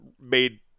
made